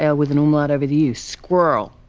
ah with an umlaut over the u. squrl.